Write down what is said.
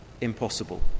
Impossible